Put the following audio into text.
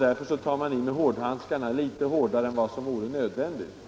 Därför tar man i med hårdhandskarna litet hårdare än vad som vore nödvändigt.